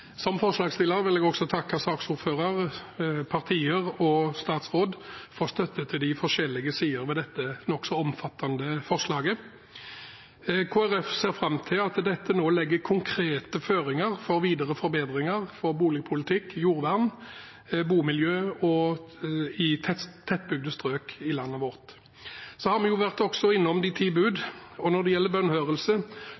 takke saksordføreren, partier og statsråd for støtte til de forskjellige sider ved dette nokså omfattende forslaget. Kristelig Folkeparti ser fram til at dette nå legger konkrete føringer for videre forbedringer, for boligpolitikk, for jordvern og for bomiljø i tettbebygde strøk i landet vårt. Så har vi også vært innom de